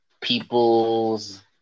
people's